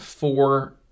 Four